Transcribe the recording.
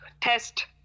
test